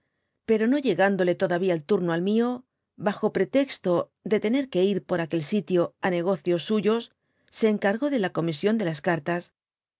pero no llegándole todavía el turno al mió bajo pretexto de tener que ir por aquel sitio á negocios suyos se encargó de la comisión de las cartas